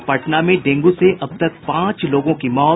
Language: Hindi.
और पटना में डेंगू से अब तक पांच लोगों की मौत